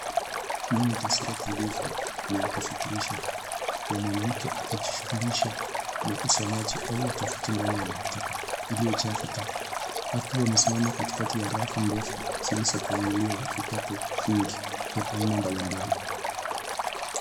Hii ni taswira tulivu na ya kufikirisha ya mwanamke akijishughulisha na usomaji au utafiti ndani ya maktaba iliyojaa vitabu akiwa amesimama katikati ya rafu ndefu zilizopangiliwa vitabu vingi vya aina mbalimbali.